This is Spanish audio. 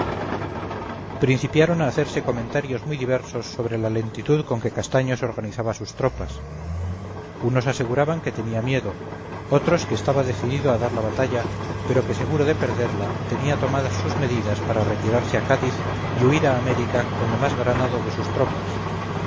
principiaron a hacerse comentarios muy diversos sobre la lentitud con que castaños organizaba sus tropas unos aseguraban que tenía miedo otros que estaba decidido a dar la batalla pero que seguro de perderla tenía tomadas sus medidas para retirarse a cádiz y huir a américa con lo más granado de sus tropas